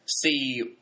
see